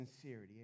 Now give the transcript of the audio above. sincerity